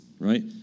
right